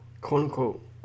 quote-unquote